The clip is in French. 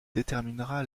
déterminera